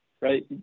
right